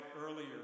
earlier